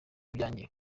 byanjye